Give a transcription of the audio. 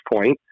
point